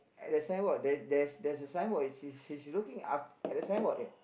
at the signboard the there there's a signboard she she's looking up at the signboard there